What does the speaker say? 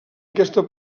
aquesta